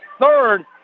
Third